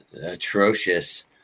atrocious